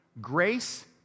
Grace